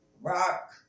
Rock